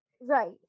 right